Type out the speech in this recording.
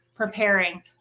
preparing